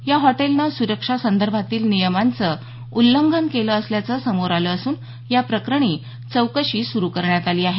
या हॉटेलनं सुरक्षेसंदर्भातील नियमांचं उल्लंघन केलं असल्याचं समोर आलं असून या प्रकरणी चौकशी सुरू करण्यात आली आहे